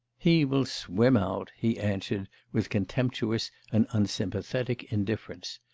he will swim out he answered with contemptuous and unsympathetic indifference.